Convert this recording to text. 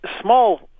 Small